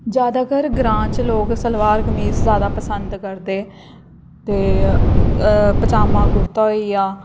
जैदातर ग्रां च लोक सलबार कमीज जैदा पसंद करदे ते पजामा कुर्ता होई गेआ